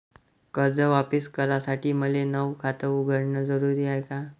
कर्ज वापिस करासाठी मले नव खात उघडन जरुरी हाय का?